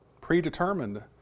predetermined